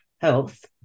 health